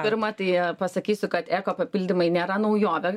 pirma tai pasakysiu kad eko papildymai nėra naujovė